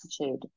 attitude